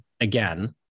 again